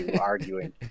arguing